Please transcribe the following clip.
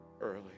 early